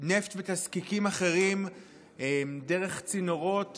נפט ותזקיקים אחרים דרך צינורות